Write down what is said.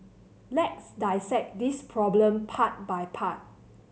let's dissect this problem part by part